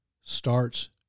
starts